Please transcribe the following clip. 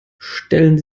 stellen